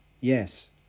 Yes